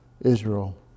Israel